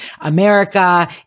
America